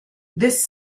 this